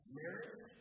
marriage